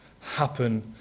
happen